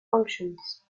functions